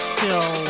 till